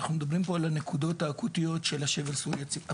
אנחנו מדברים פה על הנקודות האקוטיות של השבר הסורי-אפריקאי.